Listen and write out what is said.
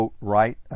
right